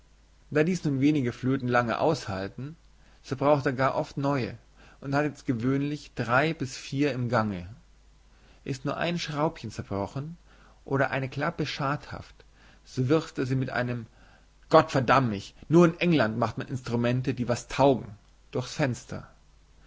da dies nun wenige flöten lange aushaken so braucht er gar oft neue und hat jetzt gewöhnlich drei bis vier im gange ist nur ein schraubchen zerbrochen oder eine klappe schadhaft so wirft er sie mit einem gott verdamm mich nur in england macht man instrumente die was taugen durchs fenster